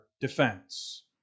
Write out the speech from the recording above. defense